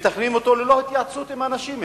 מתכננים אותו ללא התייעצות עם אנשים,